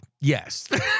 yes